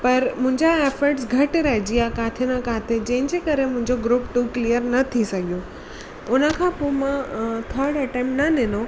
पर मुहिंजा एफट्स घटि रहिजी विया किथे न किथे जंहिंजे करे मुहिंजो ग्रूप टू क्लिअर न थी सघियो हुन खां पोइ मां थड अटैम्पट न ॾिनो